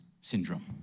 Syndrome